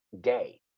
day